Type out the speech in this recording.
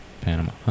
panama